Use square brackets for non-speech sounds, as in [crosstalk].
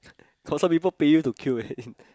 got some people pay you to queue eh [laughs]